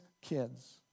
kids